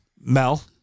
Mel